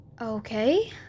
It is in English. Okay